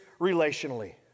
relationally